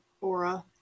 aura